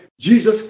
Jesus